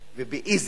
ובאיזו קלות,